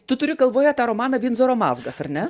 tu turi galvoje tą romaną vindzoro mazgas ar ne